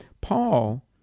Paul